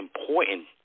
important